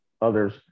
others